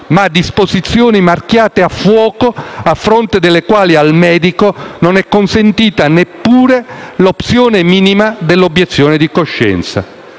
ma di disposizioni marchiate a fuoco a fronte delle quali al medico non è consentita neppure l'opzione minima dell'obiezione di coscienza.